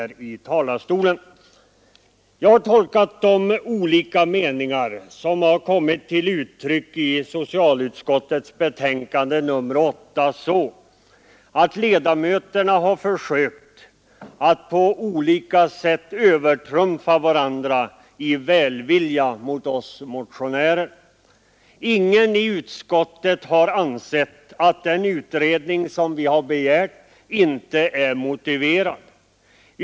Jag har tolkat de olika meningar som kommit till uttryck i socialutskottets betänkande nr 8 så, att ledamöterna har försökt att på olika sätt övertrumfa varandra i välvilja mot oss motionärer. Ingen i utskottet har ansett att den utredning som vi begärt inte är motiverad.